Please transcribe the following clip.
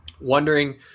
Wondering